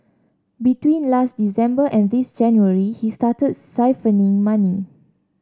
between last December and this January he started siphoning money